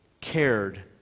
cared